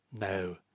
No